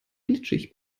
glitschig